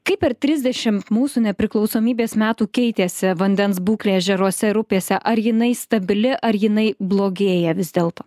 kaip per trisdešimt mūsų nepriklausomybės metų keitėsi vandens būklė ežeruose ir upėse ar jinai stabili ar jinai blogėja vis dėlto